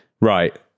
Right